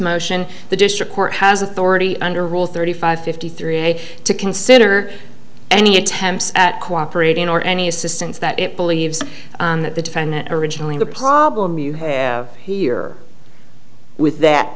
motion the district court has authority under rule thirty five fifty three a day to consider any attempts at cooperating or any assistance that it believes that the defendant originally the problem you have here with that